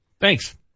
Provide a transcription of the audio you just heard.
Thanks